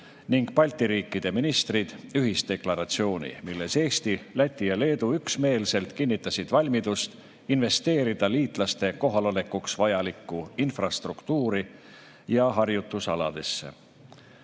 ning Balti riikide ministrid ühisdeklaratsiooni, milles Eesti, Läti ja Leedu üksmeelselt kinnitasid valmidust investeerida liitlaste kohalolekuks vajalikku infrastruktuuri ja harjutusaladesse.